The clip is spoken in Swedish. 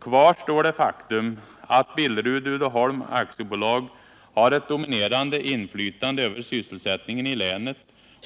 Kvar står det faktum att Billerud Uddeholm AB har ett dominerande inflytande över sysselsättningen i länet